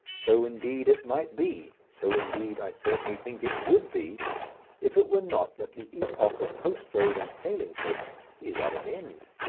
so, indeed, it might be so, indeed, i certainly think it would be if it were not that the epoch of post-road and sailing-ship is at an end.